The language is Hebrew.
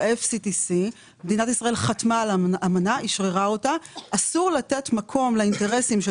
ה-FCTC ואשררה אותה: אסור לתת מקום לאינטרסים של